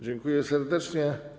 Dziękuję serdecznie.